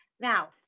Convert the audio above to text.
Now